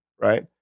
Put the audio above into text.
right